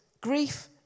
grief